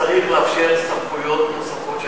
צריך לאפשר סמכויות נוספות,